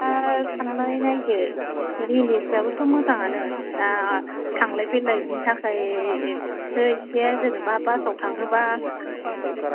दा साननानै नायदो रियेलिटियाबोथ' मोजाङानो दा थांलाय फैलायनि थाखाय एथ' एसेआ जेनेबा बासआव थाङोब्ला